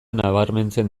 nabarmentzen